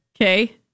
Okay